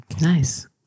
Nice